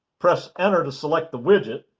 press enter to select the widget.